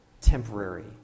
temporary